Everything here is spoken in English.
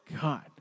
God